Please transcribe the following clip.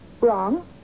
Wrong